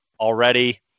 already